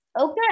Okay